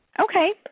Okay